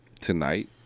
tonight